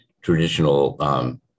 traditional